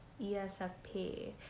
ESFP